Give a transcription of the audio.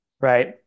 Right